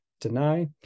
Deny